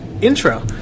intro